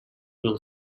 will